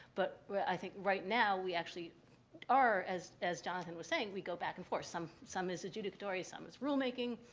but i think right now, we actually are, as as jonathan was saying, we go back and forth. some some is adjudicatory. some is rulemaking.